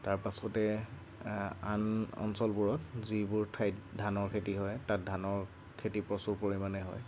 তাৰপাছতে আন অঞ্চলবোৰত যিবোৰ ঠাইত ধানৰ খেতি হয় তাত ধানৰ খেতি প্ৰচুৰ পৰিমানে হয়